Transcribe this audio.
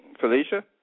Felicia